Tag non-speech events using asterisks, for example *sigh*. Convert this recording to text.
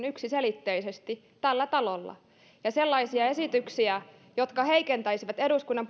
*unintelligible* yksiselitteisesti tällä talolla ja sellaisia esityksiä jotka heikentäisivät eduskunnan